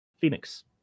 Phoenix